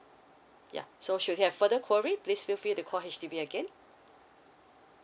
ya so should you have further query please feel free to call H_D_B again